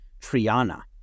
Triana